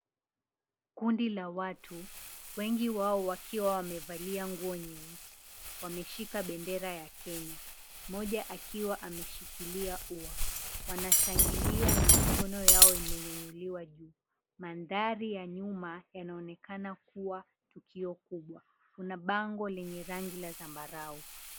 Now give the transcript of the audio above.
Kundi la watu, wengi wao wakiwa wamevalia nguo nyeusi, wameshika bendera ya Kenya, moja akiwa ameshikilia ua. Wanashangilia, na mikono yao imenyanyuliwa juu. Mandhari ya nyuma yanaonekana kuwa tukio kubwa. Kuna bango lenye rangi la zambarau.